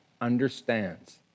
understands